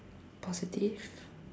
positive